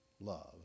love